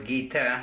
Gita